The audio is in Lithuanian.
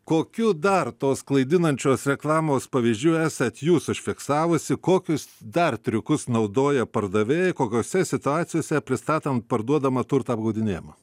kokių dar tos klaidinančios reklamos pavyzdžių esat jūs užfiksavusi kokius dar triukus naudoja pardavėjai kokiose situacijose pristatant parduodamą turtą apgaudinėjama